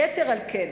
יתר על כן,